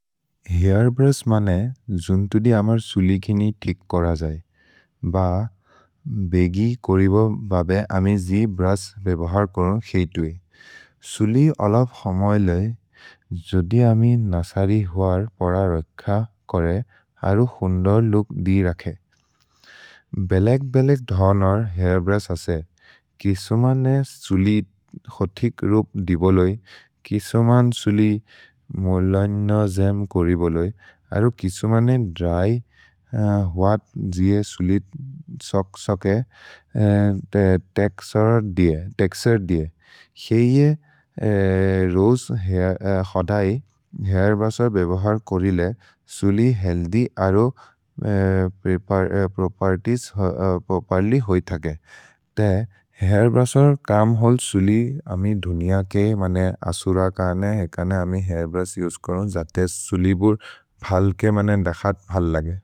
हैर्ब्रुश् मने जुन्तुदि अमर् सुलि किनि तिक् कोर जये ब बेगि कोरिबो बबे अमे जि ब्रुश् बेबहर् करोन् क्सेइतु ए। सुलि अलप् हमैले, जोदि अमे नसरि हुअर् पर रख कोरे अरु हुन्दर् लूक् दि रखे। भेलेक्-बेलेक् धनर् हैर्ब्रुश् असे, किसोमने सुलि होतिक् रुप् दि बोले किसोमने सुलि मोलय्न जेम् कोरि बोले अरु किसोमने द्र्य् होत् जिए सुलि सोके तेक्सुर् दि ए। क्सेइउ ए, रोज् खदै हैर्ब्रुशर् बेबहर् कोरि ले सुलि हेअल्थ्य् अरो प्रोपेर्तिएस् पर्लि होइ थके। ते, हैर्ब्रुशर् कम्होल् सुलि अमे धुनिअ के मने असुर काने ए कने अमे हैर्ब्रुश् उसे कोरोन् जते सुलिबुर् फल्के मने दखत् फल् लगे।